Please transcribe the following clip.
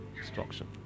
Destruction